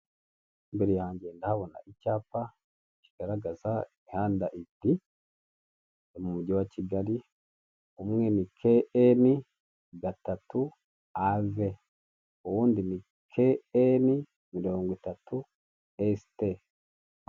Imbere yanjye ndahabona icyapa kigaragaza imihanda ibiri mu mujyi wa kigali, umwe ni ke eni gatatu ave undi ni ke eni mirongo itatu esite